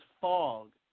fog